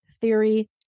theory